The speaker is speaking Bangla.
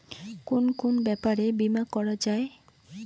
কুন কুন ব্যাপারে বীমা করা যায়?